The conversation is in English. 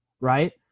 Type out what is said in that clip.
right